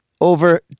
Over